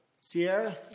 Sierra